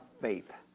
faith